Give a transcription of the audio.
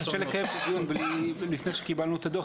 קשה לקיים את הדיון לפני שקיבלנו את הדוח.